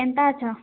କେନ୍ତା ଅଛ୍